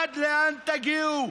עד לאן תגיעו?